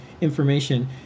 information